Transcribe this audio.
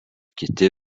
kiti